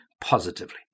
positively